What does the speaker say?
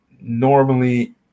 normally